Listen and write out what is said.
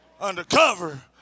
undercover